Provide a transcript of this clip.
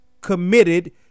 committed